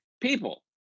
people